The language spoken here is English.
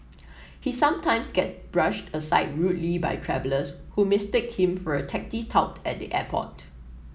he sometimes get brushed aside rudely by travellers who mistake him for a taxi tout at the airport